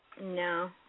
No